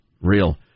real